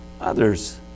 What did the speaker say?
others